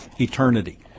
eternity